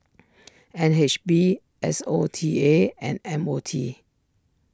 N H B S O T A and M O T